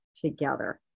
together